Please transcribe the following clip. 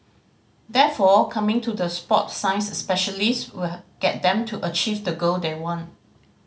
therefore coming to the sport science specialist will get them to achieve the goal they want